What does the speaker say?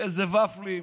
ופלים,